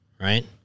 right